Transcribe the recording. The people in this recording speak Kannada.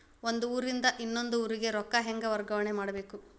ಒಂದ್ ಊರಿಂದ ಇನ್ನೊಂದ ಊರಿಗೆ ರೊಕ್ಕಾ ಹೆಂಗ್ ವರ್ಗಾ ಮಾಡ್ಬೇಕು?